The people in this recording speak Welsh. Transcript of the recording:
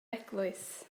eglwys